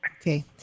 Okay